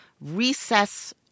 recess